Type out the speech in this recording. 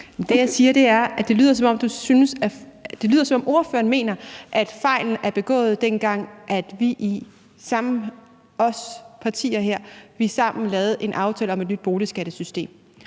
Det, jeg siger, er, at det lyder, som om ordføreren mener, at fejlen er begået, dengang vi, partierne her, sammen lavede en aftale om et nyt boligskattesystem.